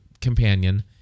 companion